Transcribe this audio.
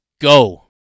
go